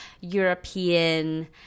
European